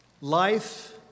life